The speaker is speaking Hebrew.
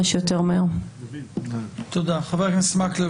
אבל לא שמעתי --- חבר הכנסת מקלב,